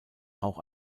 auch